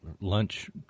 lunch